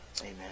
amen